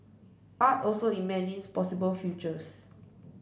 art also imagines possible futures